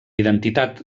identitat